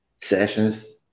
sessions